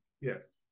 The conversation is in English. Yes